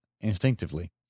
instinctively